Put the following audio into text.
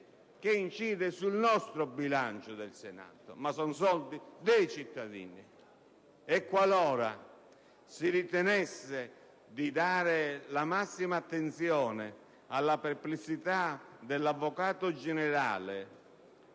costo incide sì sul bilancio del Senato, ma si tratta di soldi dei cittadini. Qualora si ritenesse di dare la massima attenzione alla perplessità dell'Avvocato generale